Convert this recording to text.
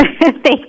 Thank